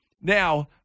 now